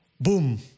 boom